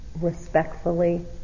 respectfully